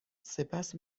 سپس